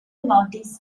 notice